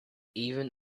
even